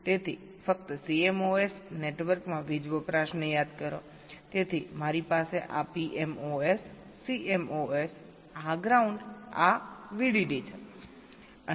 તેથી ફક્ત CMOS નેટવર્કમાં વીજ વપરાશને યાદ કરોતેથી મારી પાસે આ PMOS CMOS આ ગ્રાઉંડ આ VDD છે